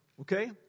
okay